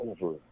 over